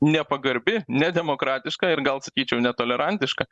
nepagarbi nedemokratiška ir gal sakyčiau netolerantiška